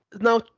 Now